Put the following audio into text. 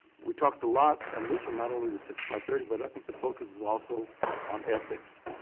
we talked a lot and this was not only the sixty by thirty, but i think the focus was also on ethics.